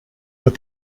but